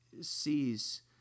sees